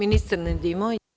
Ministar Nedimović.